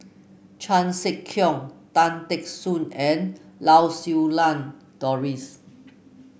Chan Sek Keong Tan Teck Soon and Lau Siew Lang Doris